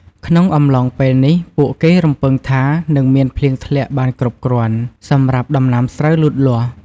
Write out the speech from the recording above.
ក្នុងអំឡុងពេលនេះ ពួកគេរំពឹងថា នឹងមានភ្លៀងធ្លាក់បានគ្រប់គ្រាន់សម្រាប់ដំណាំស្រូវលូតលាស់។